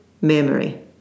memory